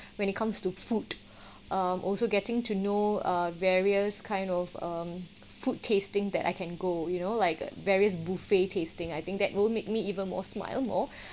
when it comes to food um also getting to know a various kind of um food tasting that I can go you know like various buffet tasting I think that will make me even more smile more